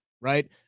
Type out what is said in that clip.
right